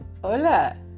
Hola